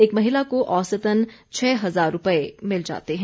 एक महिला को औसतन छह हजार रुपए मिल जाते हैं